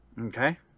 Okay